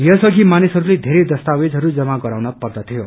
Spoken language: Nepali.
यस अघि मानिसहरूले घेरै दस्तावेजहरू जमा गराउन पर्दथ्यो